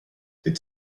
ditt